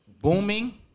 booming